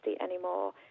anymore